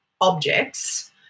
objects